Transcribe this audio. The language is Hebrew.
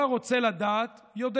"כל הרוצה לדעת יודע